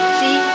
see